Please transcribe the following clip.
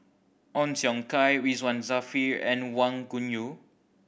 Ong Siong Kai Ridzwan Dzafir and Wang Gungwu